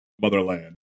motherland